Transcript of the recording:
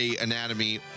anatomy